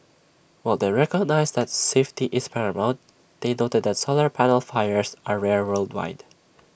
while they recognised that safety is paramount they noted that solar panel fires are rare worldwide